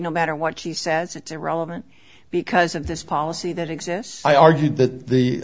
no matter what she says it's irrelevant because of this policy that exists i argued that the